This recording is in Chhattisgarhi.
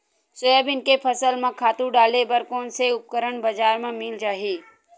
सोयाबीन के फसल म खातु डाले बर कोन से उपकरण बजार म मिल जाहि?